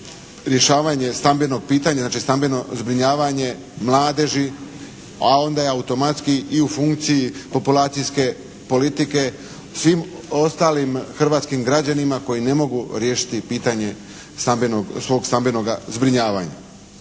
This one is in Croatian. rješavanje stambenog pitanja, znači stambeno zbrinjavanje mladeži, a onda je automatski i u funkciji populacijske politike, svim ostalim hrvatskim građanima koji ne mogu riješiti pitanje svog stambenoga zbrinjavanja.